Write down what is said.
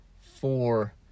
four